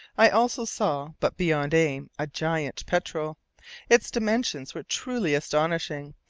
i also saw but beyond aim a giant petrel its dimensions were truly astonishing.